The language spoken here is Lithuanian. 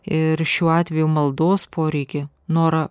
ir šiuo atveju maldos poreikį norą